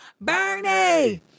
Bernie